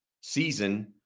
season